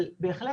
אבל בהחלט,